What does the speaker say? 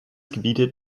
gebietet